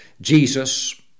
Jesus